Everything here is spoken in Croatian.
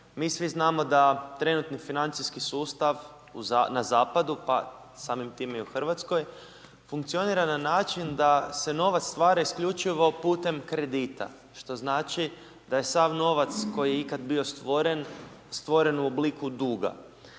mi svi znamo da trenutno financijski sustav na zapadu pa samim time i u Hrvatskoj, funkcionira na način da se nova stvara isključivo putem kredita što znači da je sav novac koji je ikad bi stvoren, stvoren u obliku duga.